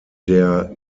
der